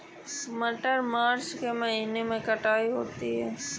मटर मार्च के महीने कटाई होती है?